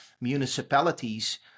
municipalities